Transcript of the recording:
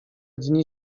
dni